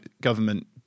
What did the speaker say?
government